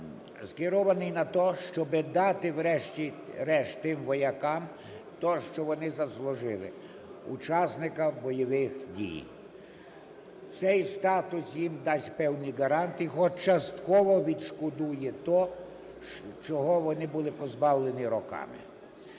скерований на те, щоби дати врешті-решт тим воякам то, що вони заслужили, – учасника бойових дій. Цей статус їм дасть певний гарант і хоч частково відшкодує то, чого вони були позбавлені роками.